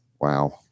wow